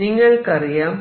നിങ്ങൾക്കറിയാം